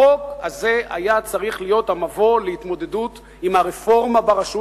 החוק הזה היה צריך להיות המבוא להתמודדות עם הרפורמה ברשות